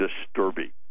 disturbing